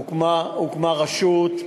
הוקמה רשות.